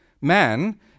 man